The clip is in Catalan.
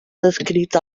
descrit